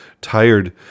tired